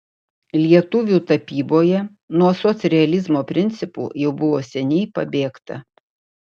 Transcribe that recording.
lietuvių tapyboje nuo socrealizmo principų jau buvo seniai pabėgta